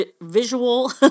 visual